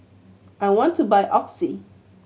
I want to buy Oxy